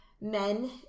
men